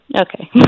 okay